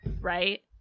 right